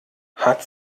hat